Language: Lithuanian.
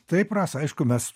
taip rasa aišku mes